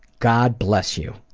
god bless you.